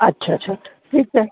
अच्छा अच्छा ठीकु आहे